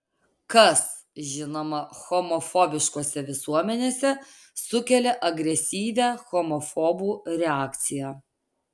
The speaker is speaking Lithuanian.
kas žinoma homofobiškose visuomenėse sukelia agresyvią homofobų reakciją